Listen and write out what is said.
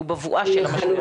שהוא בבואה של המשבר.